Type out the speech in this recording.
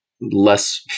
less